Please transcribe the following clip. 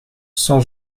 cent